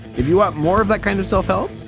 if you want more of that kind of self-help,